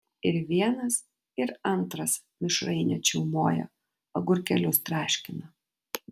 ir vienas ir antras mišrainę čiaumoja agurkėlius traškina